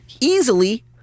easily